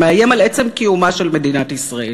שמאיים על עצם קיומה של מדינת ישראל.